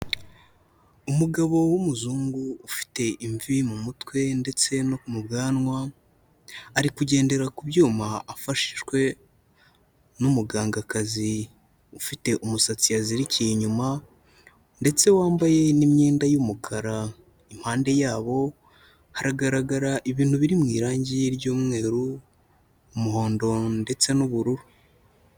Umugabo w'umuzungu ufite imvi mu mutwe ndetse no mu bwanwa, ari kugendera ku byuma afashijwe n'umugangakazi ufite umusatsi yazirikiye inyuma, ndetse wambaye n'imyenda y'umukara, impande yabo haragaragara ibintu biri mu irangi ry'umweru umuhondo ndetse n'ubururu.